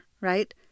right